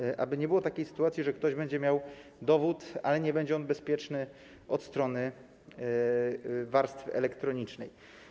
Chodzi o to, aby nie było takiej sytuacji, że ktoś będzie miał dowód, ale nie będzie on bezpieczny od strony warstwy elektronicznej.